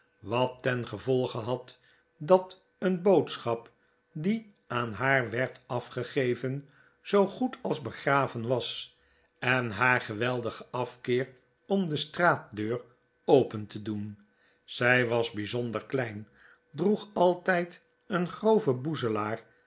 wat tengevolge had dat een boodschap die aan haar werd afgegeven zoo goed als begraven was en haar geweldige afkeer om de straatdeur open te do en zij was bijzonder klein droeg altijd een groven